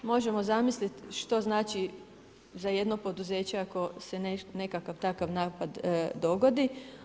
Možemo zamisliti što znači za jedno poduzeće ako se nekakav takav napad dogodi.